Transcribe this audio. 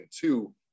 two